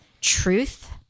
Truth